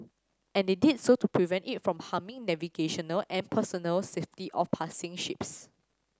and they did so to prevent it from harming navigational and personnel safety of passing ships